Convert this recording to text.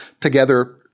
together